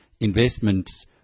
investments –